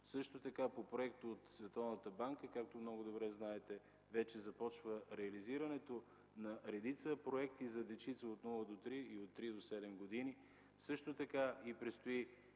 Също така по проект от Световната банка, както много добре знаете, вече започва реализирането на редица проекти за дечица от нула до три и от три до седем години. Също така предстои